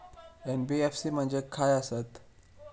NBFC म्हणजे खाय आसत?